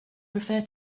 prefer